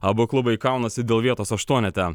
abu klubai kaunasi dėl vietos aštuonete